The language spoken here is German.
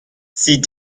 sie